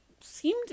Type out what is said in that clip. seemed